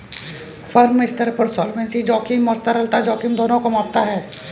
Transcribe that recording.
firm स्तर पर solvency जोखिम और तरलता जोखिम दोनों को मापता है